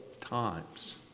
times